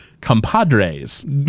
compadres